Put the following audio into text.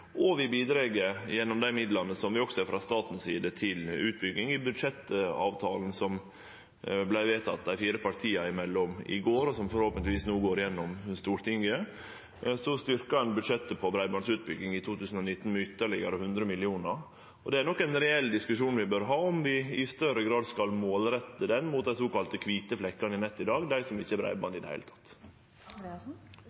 Vi bidreg også gjennom dei midlane til utbygging som vi har frå staten si side i budsjettavtalen som vart vedteken dei fire partia imellom i går, og som forhåpentlegvis går igjennom i Stortinget. Så styrkjer ein budsjettet for breibandutbygging i 2019 med ytterlegare 100 mill. kr. Det er nok ein reell diskusjon vi bør ha, om vi i større grad skal målrette ho mot dei såkalla kvite flekkane i nettet i dag, dei som ikkje har breiband